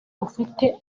ufite